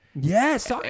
yes